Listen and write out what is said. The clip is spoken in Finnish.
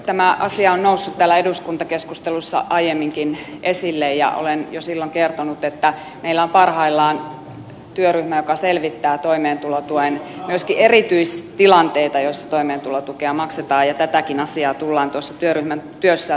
tämä asia on noussut täällä eduskuntakeskustelussa aiemminkin esille ja olen jo silloin kertonut että meillä on parhaillaan työryhmä joka selvittää myöskin erityistilanteita joissa toimeentulotukea maksetaan ja tätäkin asiaa tullaan tuossa työryhmän työssä tarkastelemaan